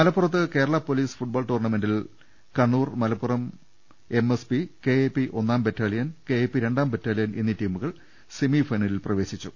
മലപ്പുറത്ത് Kerala police football ടൂർണമെന്റിൽ Kannur Malappuram MSP KAP ഒന്നാം ബറ്റാലിയൻ കെഎപി രണ്ടാം ബറ്റാലിയൻ എന്നീ ടീമുകൾ സെമി ഫൈനലിൽ പ്രവേശി ച്ചു